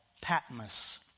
Patmos